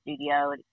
studio